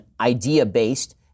idea-based